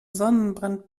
sonnenbrand